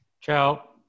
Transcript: Ciao